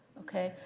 ok.